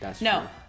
no